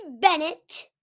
Bennett